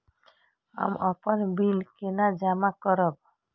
हम अपन बिल केना जमा करब?